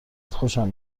خوشم